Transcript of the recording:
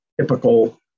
typical